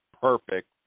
perfect